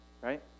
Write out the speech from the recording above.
right